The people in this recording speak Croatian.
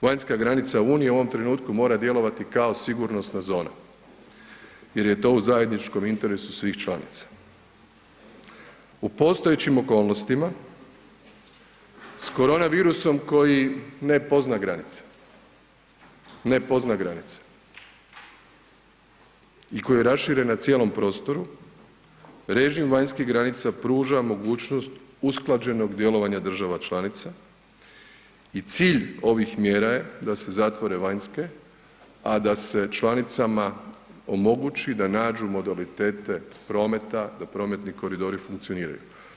Vanjska granica unije u ovom trenutku mora djelovati kao sigurnosna zona jer je to u zajedničkom interesu svih članica u postojećim okolnostima s koronavirusom koji ne pozna granice, ne pozna granice i koji je raširen na cijelom prostoru, režim vanjskih granica pruža mogućnost usklađenog djelovanja država članica i cilj ovih mjera je da se zatvore vanjske, a da se članicama omogući da nađu modalitete prometa, da prometni koridori funkcioniraju.